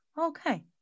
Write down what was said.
Okay